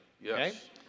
yes